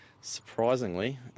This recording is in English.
surprisingly